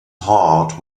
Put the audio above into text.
heart